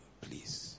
Please